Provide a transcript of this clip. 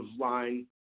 line